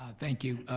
ah thank you,